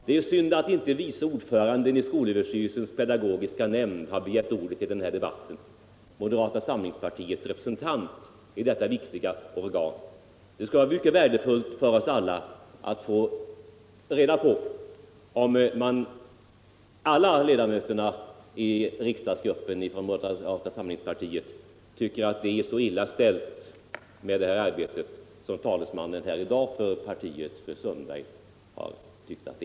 Det är synd att inte vice ordföranden i skolöverstyrelsens pedagogiska nämnd — moderata samlingspartiets representant i detta viktiga organ — begärt ordet i den här debatten. Det skulle vara mycket värdefullt för oss alla att få reda på om alla ledamöterna i moderata samlingspartiets riksdagsgrupp tycker att det är så illa ställt med arbetet som dagens talesman för partiet, fru Sundberg, har gjort gällande.